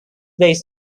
base